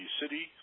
city